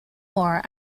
more